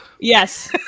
Yes